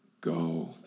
go